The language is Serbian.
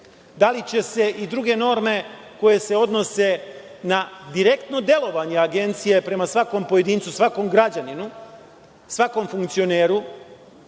Da li će se i druge norme koje se odnose na direktno delovanje Agencije prema svakom pojedincu, svakom građaninu, svakom funkcioneru,